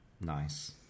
Nice